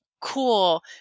cool